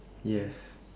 yes